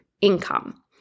income